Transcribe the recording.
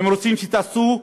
הם רוצים שתעשו,